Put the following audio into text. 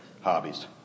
hobbies